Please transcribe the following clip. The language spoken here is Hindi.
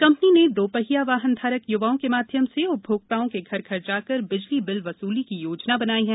कंपनी न दोपहिया वाहन धारक य्वाओं क माध्यम स उपभोक्ताओं क घर घर जाकर बिजली बिल वसूली की योजना बनाई है